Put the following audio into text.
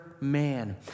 man